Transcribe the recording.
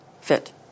fit